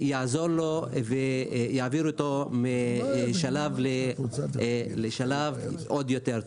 יעזור לו ויעביר אותו לשלב עוד יותר טוב.